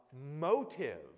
motive